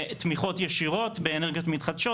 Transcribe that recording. בתמיכות ישירות באנרגיות מתחדשות.